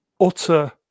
Utter